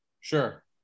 sure